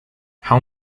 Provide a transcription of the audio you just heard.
how